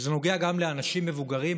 וזה נוגע גם לאנשים מבוגרים,